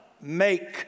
Make